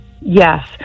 Yes